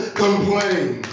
complain